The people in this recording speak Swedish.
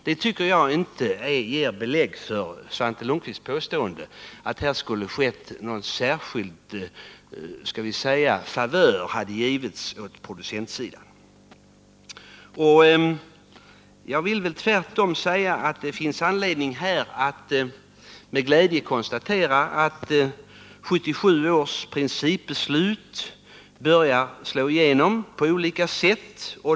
Det tycker jag inte ger belägg för Svante Lundkvists påstående att det skulle ha givits någon särskild favör åt producentsidan. Jag vill tvärtom säga att det finns anledning att med glädje konstatera att 1977 års principbeslut börjar slå igenom på olika sätt.